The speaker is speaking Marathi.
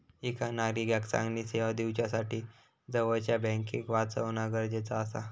एका नागरिकाक चांगली सेवा दिवच्यासाठी जवळच्या बँकेक वाचवणा गरजेचा आसा